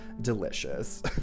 delicious